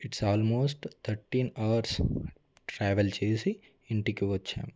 it's almost thirteen hours travel చేసి ఇంటికి వచ్చాము